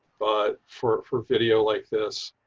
but for for video like this.